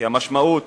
כי המשמעות